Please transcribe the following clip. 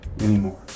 anymore